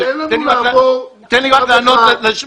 בעמוד,